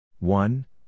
One